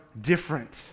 different